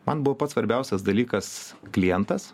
man buvo pats svarbiausias dalykas klientas